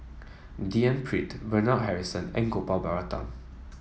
D N Pritt Bernard Harrison and Gopal Baratham